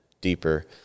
deeper